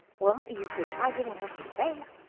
well, you could try giving her some space.